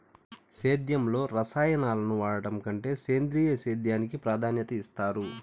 సేద్యంలో రసాయనాలను వాడడం కంటే సేంద్రియ సేద్యానికి ప్రాధాన్యత ఇస్తారు